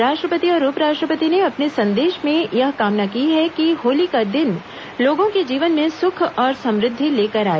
राष्ट्रपति और उपराष्ट्रपति ने अपने संदेशों में यह कामना की है कि होली का दिन लोगों के जीवन में सुख और समृद्धि लेकर आए